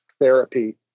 therapy